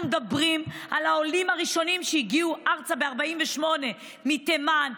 אנחנו מדברים על העולים הראשונים שהגיעו ארצה ב-48' מתימן,